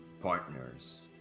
...partners